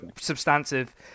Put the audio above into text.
substantive